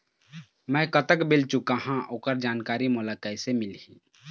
मैं कतक बिल चुकाहां ओकर जानकारी मोला कइसे मिलही?